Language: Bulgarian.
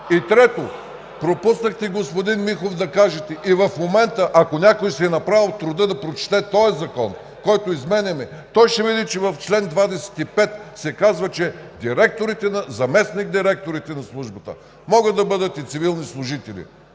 Трето, пропуснахте, господин Михов, да кажете и в момента, ако някой си е направил труда да прочете този закон, който изменяме, той ще види, че в чл. 25 се казва, че директорите, заместник-директорите на службата могат да бъдат и цивилни служители.